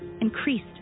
increased